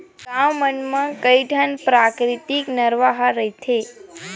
गाँव मन म कइठन पराकिरितिक नरूवा ह रहिथे